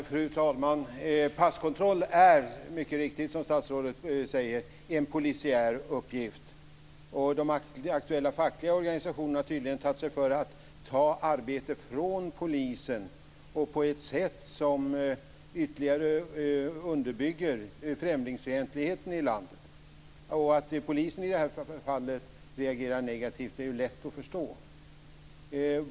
Fru talman! Passkontroll är mycket riktigt, som statsrådet säger, en polisiär uppgift. De aktuella fackliga organisationerna har tydligen tagit sig för att ta arbete från polisen, och det på ett sätt som ytterligare underbygger främlingsfientligheten i landet. Att polisen i det här fallet reagerar negativt är lätt att förstå.